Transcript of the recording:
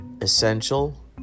essential